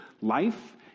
life